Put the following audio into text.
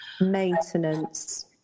Maintenance